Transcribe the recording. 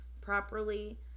properly